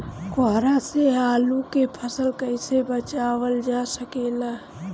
कोहरा से आलू के फसल कईसे बचावल जा सकेला?